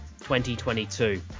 2022